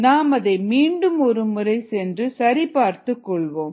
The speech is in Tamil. நாம் அதை மீண்டும் ஒருமுறை சென்று சரி பார்த்துக் கொள்வோம்